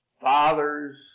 fathers